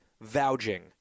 vouching